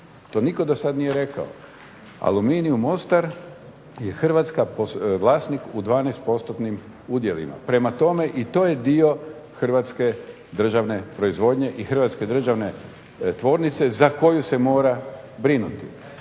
To nitko dosad nije rekao. Aluminij Mostar je Hrvatska vlasnik u 12%-nim udjelima. Prema tome, i to je dio hrvatske državne proizvodnje i hrvatske državne tvornice za koju se mora brinuti.